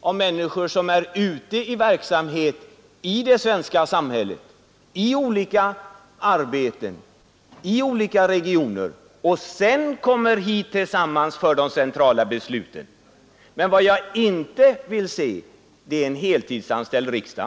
av människor som är ute i verksamhet i det svenska samhället, i olika arbeten, i olika regioner, och sedan kommer hit för att tillsammans fatta de centrala besluten. Men vad jag inte vill se är en heltidsanställd riksdag.